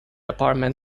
apartment